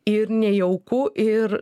ir nejauku ir